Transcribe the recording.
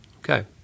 Okay